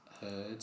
heard